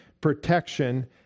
protection